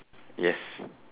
yes